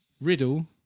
Riddle